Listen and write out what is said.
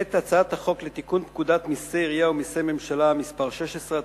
את הצעת החוק לתיקון פקודת מסי העירייה ומסי הממשלה (פטורין) (מס' 16),